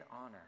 honor